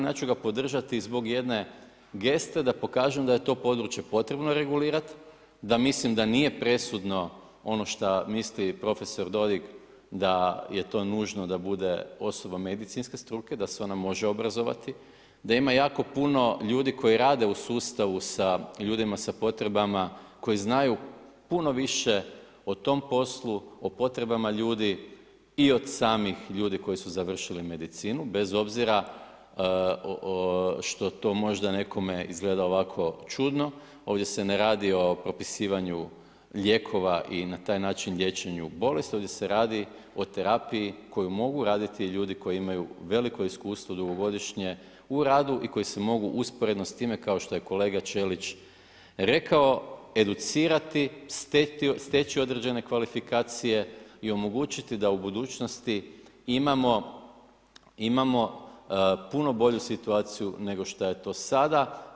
Ja ću ga podržati zbog jedne geste da pokažem da je to područje potrebno regulirat, da mislim da nije presudno ono što misli prof. Dodik, da je to nužno da to bude osoba medicinske struke, da se ona može obrazovati, da ima jako puno ljudi koji rade u sustavu sa ljudima sa potrebama koji znaju puno više o tom poslu, o potrebama ljudi i od samih ljudi koji su završili medicinu bez obzira što to možda nekome izgleda čudno, ovdje se ne radi o propisivanju lijekova i na taj način liječenju bolesti ovdje se radi o terapiji koju mogu raditi ljudi koji imaju veliko iskustvo dugogodišnje u radu i koji se mogu usporedno s time kao što je kolega Čelić rekao, educirati, steći određene kvalifikacije i omogućiti da u budućnosti imamo puno bolju situaciju nego što je to sada.